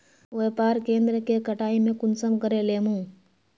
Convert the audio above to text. व्यापार केन्द्र के कटाई में कुंसम करे लेमु?